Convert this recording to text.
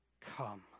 come